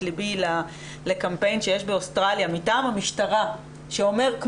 ליבי לקמפיין שיש באוסטרליה מטעם המשטרה שאומר,